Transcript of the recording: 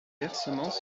versements